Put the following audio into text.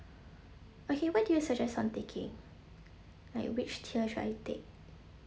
okay what do you suggest I'm taking like which tier should I take